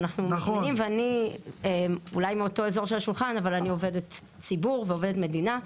אני אולי מאותו אזור של השולחן אבל אני עובדת ציבור ועובדת מדינה,